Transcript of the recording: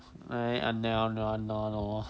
!ai! !ai! nah ah nor nor